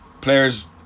players